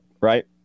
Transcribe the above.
right